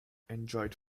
enjoyed